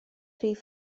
rif